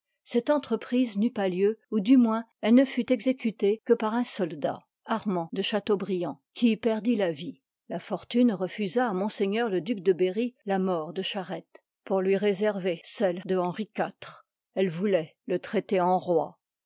cette entreprise n'eut pas lieu ou du moins elle u fut exécutée que par un soldat i r panr qui y perdit la vie la fortune refusa h liv ili gt g ijç je berry la mort de charette pour lui réserver celle de henri iv elfe vouloit le traiter en roi